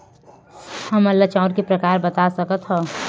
हमन ला चांउर के प्रकार बता सकत हव?